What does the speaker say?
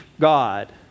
God